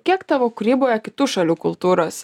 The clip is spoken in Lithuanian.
kiek tavo kūryboje kitų šalių kultūros